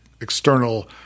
external